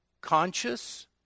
Conscious